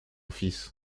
fils